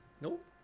Nope